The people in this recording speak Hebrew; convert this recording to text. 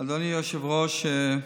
אדוני היושב-ראש.